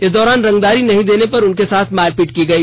इस दौरान रंगदारी नहीं देने पर उनके साथ मारपीट की गई